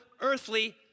earthly